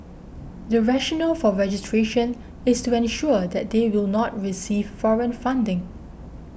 the rational for registration is to ensure that they will not receive foreign funding